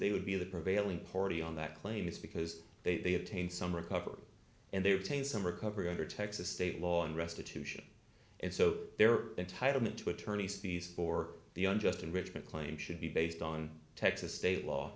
they would be the prevailing party on that claim is because they have taint some recovery and they retain some recovery under texas state law and restitution and so their entitlement to attorney's fees for the unjust enrichment claim should be based on texas state law